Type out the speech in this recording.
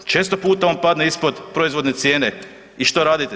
Često puta on padne ispod proizvodne cijene i što radite?